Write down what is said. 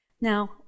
Now